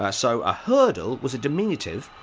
ah so a! hyrdle! was a diminutive,